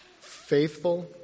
faithful